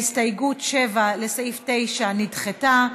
ההסתייגות 7, לסעיף 9, נדחתה.